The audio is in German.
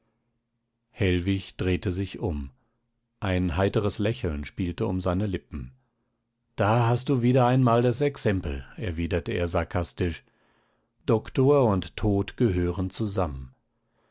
hellwig drehte sich um ein heiteres lächeln spielte um seine lippen da hast du wieder einmal das exempel erwiderte er sarkastisch doktor und tod gehören zusammen